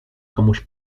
komuś